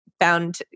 found